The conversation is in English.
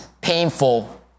painful